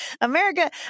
America